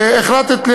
כשהחלטת,